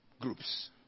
groups